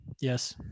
Yes